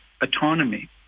autonomy